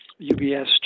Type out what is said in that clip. UBS